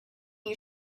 you